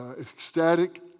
ecstatic